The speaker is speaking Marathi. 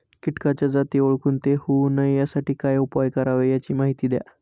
किटकाच्या जाती ओळखून ते होऊ नये यासाठी काय उपाय करावे याची माहिती द्या